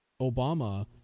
Obama